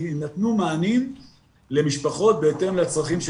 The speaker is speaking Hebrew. יינתנו מענים למשפחות בהתאם לצרכים של